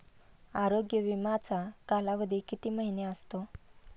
आरोग्य विमाचा कालावधी किती महिने असतो?